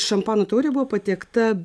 šampano taurė buvo patiekta